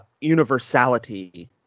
universality